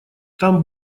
там